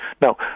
Now